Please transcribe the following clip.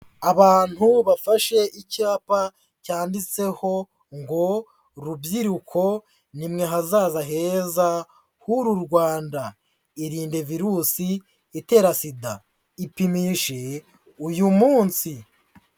Abantu bafashe icyapa cyanditseho ngo: ''Rubyiruko ni mwe hazaza heza h'uru Rwanda; irinde virusi itera SIDA, ipimishe uyu munsi.''